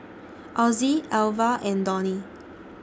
Ozzie Alvia and Donny